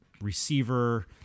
receiver